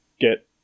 get